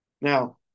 now